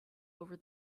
over